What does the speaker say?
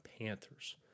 Panthers